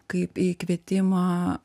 kaip į kvietimą